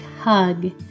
hug